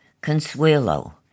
Consuelo